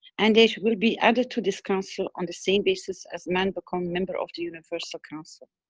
and they will be added to this council on the same basis as man become member of the universal council.